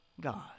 God